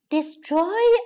Destroy